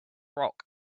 rock